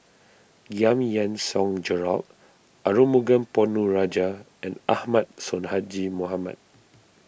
Giam Yean Song Gerald Arumugam Ponnu Rajah and Ahmad Sonhadji Mohamad